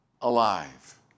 alive